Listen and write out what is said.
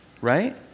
right